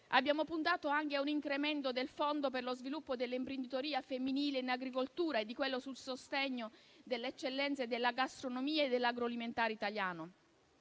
Abbiamo puntato anche a un incremento del fondo per lo sviluppo dell'imprenditoria femminile in agricoltura e di quello sul sostegno delle eccellenze della gastronomia e dell'agroalimentare italiano.